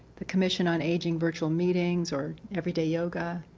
the commission on aging virtual meetings are everyday oga.